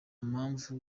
mpamvu